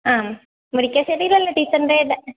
ആ മുരിക്കാശ്ശേരിയിൽ അല്ലേ ടീച്ചറിൻ്റെ ഡാൻ